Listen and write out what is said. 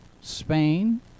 Spain